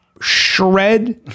shred